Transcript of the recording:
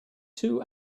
two